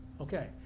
Okay